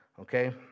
okay